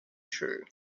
true